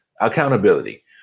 Accountability